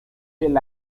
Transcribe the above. del